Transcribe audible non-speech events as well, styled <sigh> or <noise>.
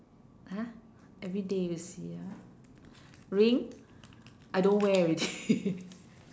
!huh! everyday you see ah ring I don't wear already <laughs>